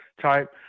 type